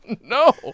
no